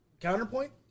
Counterpoint